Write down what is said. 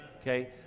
Okay